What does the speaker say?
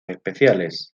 especiales